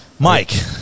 Mike